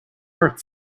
work